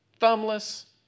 thumbless